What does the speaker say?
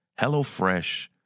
HelloFresh